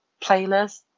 playlists